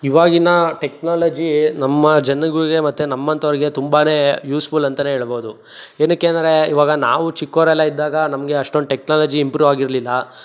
ಇವಾಗಿನ ಟೆಕ್ನಾಲಜಿ ನಮ್ಮ ಜನಗಳಿಗೆ ಮತ್ತು ನಮ್ಮಂತವ್ರಿಗೆ ತುಂಬಾನೇ ಯೂಸ್ಫುಲ್ ಎಂತಲೇ ಹೇಳಬೌದು ಏನಕ್ಕೆ ಅಂದರೆ ಇವಾಗ ನಾವು ಚಿಕ್ಕೋರೆಲ್ಲ ಇದ್ದಾಗ ನಮಗೆ ಅಷ್ಟೊಂದು ಟೆಕ್ನಾಲಜಿ ಇಂಪ್ರೂವ್ ಆಗಿರ್ಲಿಲ್ಲ